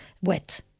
wet